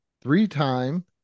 three-time